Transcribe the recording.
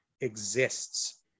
exists